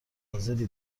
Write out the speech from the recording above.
حاضری